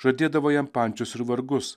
žadėdavo jam pančius ir vargus